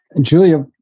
Julia